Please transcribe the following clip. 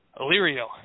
Illyrio